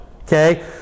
okay